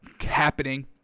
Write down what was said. happening